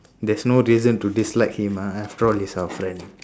that's no reason to dislike him ah after all he's our friend